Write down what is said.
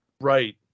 Right